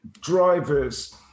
drivers